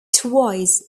twice